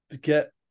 get